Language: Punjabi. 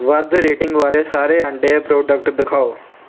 ਵੱਧ ਰੇਟਿੰਗ ਵਾਲੇ ਸਾਰੇ ਆਂਡੇ ਪ੍ਰੋਡਕਟ ਦਿਖਾਓ